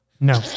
No